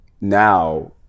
now